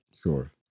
Sure